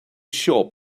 shop